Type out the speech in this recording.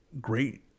great